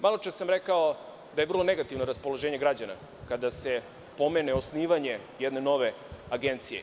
Malo čas sam rekao da je vrlo negativno raspoloženje građana kada se pomene osnivanje jedne nove agencije.